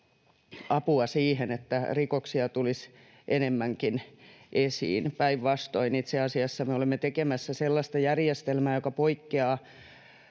apua siihen, että rikoksia tulisi enemmän esiin. Päinvastoin, itse asiassa me olemme tekemässä sellaista järjestelmää, joka poikkeaa,